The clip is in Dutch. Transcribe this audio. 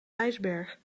ijsberg